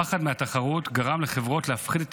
הפחד מהתחרות גרם לחברות להפחית את